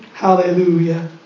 Hallelujah